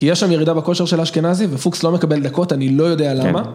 כי יש שם ירידה בכושר של אשכנזי ופוקס לא מקבל דקות אני לא יודע למה